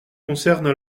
concerne